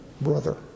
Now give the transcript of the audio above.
brother